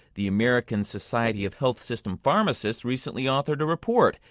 the american society of health system pharmacists recently authored a report.